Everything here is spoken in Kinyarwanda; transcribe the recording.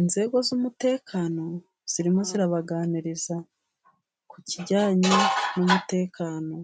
Inzego z'umutekano zirimo zirabaganiriza ku kijyanye n'umutekano.